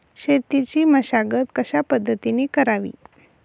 शेतीची मशागत कशापद्धतीने करावी?